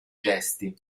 gesti